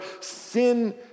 sin